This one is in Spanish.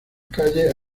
calles